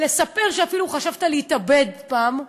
לספר שאפילו חשבת להתאבד פעם,